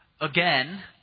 again